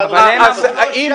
אבל עוד לא הגענו לזה.